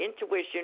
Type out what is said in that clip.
intuition